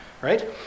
right